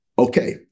okay